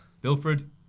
Bilfred